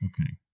Okay